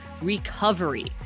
recovery